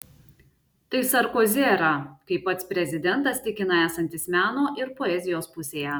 tai sarkozi era kai pats prezidentas tikina esantis meno ir poezijos pusėje